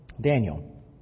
Daniel